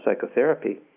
psychotherapy